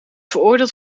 veroordeeld